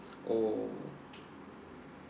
oh